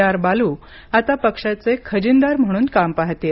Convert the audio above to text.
R Balu आता पक्षाचे खजिनदार म्हणून काम पाहतील